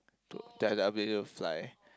their ability to fly